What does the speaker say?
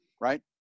right